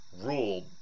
ruled